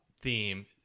theme